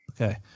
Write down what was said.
Okay